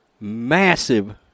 massive